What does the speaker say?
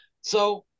So-